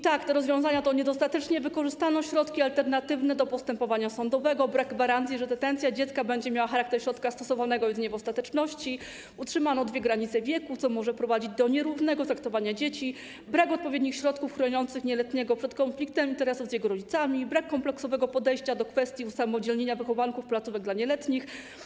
Te rozwiązania to niedostateczne wykorzystanie środków alternatywnych do postępowania sądowego, brak gwarancji, że detencja dziecka będzie miała charakter środka stosowanego jedynie w ostateczności, utrzymanie dwóch granic wieku, co może prowadzić do nierównego traktowania dzieci, brak odpowiednich środków chroniących nieletniego przed konfliktem interesów z jego rodzicami, brak kompleksowego podejścia do kwestii usamodzielnienia wychowanków placówek dla nieletnich.